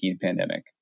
pandemic